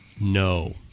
No